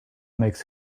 makes